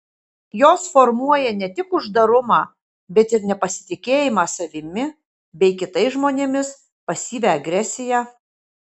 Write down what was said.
jos formuoja ne tik uždarumą bet ir nepasitikėjimą savimi bei kitais žmonėmis pasyvią agresiją